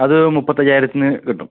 അത് മുപ്പത്തയ്യായിരത്തിന് കിട്ടും